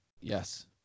Yes